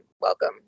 welcome